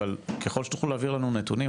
אבל ככל שתוכלו להעביר לנו נתונים,